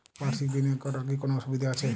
বাষির্ক বিনিয়োগ করার কি কোনো সুবিধা আছে?